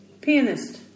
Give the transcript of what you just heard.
Pianist